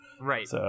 Right